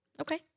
Okay